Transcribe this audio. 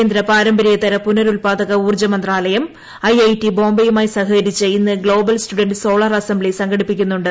കേന്ദ്ര പാരമ്പര്യേതര പുനരുൽപ്പാദക ഊർജ്ജ മന്ത്രാലയം ഐഐടി ബോംബെയുമായി സഹകരിച്ച് ഇന്ന് ഗ്ലോബൽ സ്റ്റുഡന്റ് സോളാർ അസംബ്ലി സംഘടിപ്പിക്കുന്നുണ്ട്